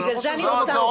אבל אני לא חושב שזה המקום.